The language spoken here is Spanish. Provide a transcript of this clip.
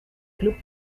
club